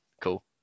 cool